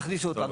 תכניסו אותו.